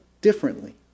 differently